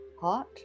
Hot